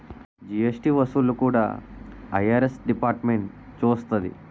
GST వసూళ్లు కూడా IRS డిపార్ట్మెంటే చూస్తాది